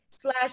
slash